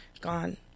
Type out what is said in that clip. gone